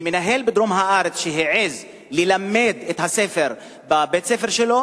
ומנהל בדרום הארץ שהעז ללמד את הספר בבית-הספר שלו,